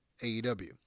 AEW